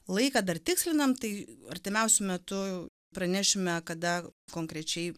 laiką dar tikslinam tai artimiausiu metu pranešime kada konkrečiai